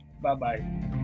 Bye-bye